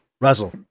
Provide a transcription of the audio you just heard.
Russell